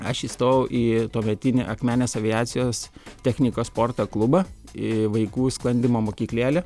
aš įstojau į tuometinį akmenės aviacijos technikos sporto klubą į vaikų sklandymo mokyklėlę